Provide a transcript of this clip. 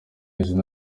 izina